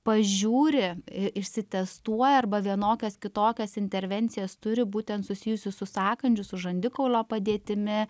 pažiūri išsitestuoja arba vienokias kitokias intervencijas turi būtent susijusių su sąkandžiu su žandikaulio padėtimi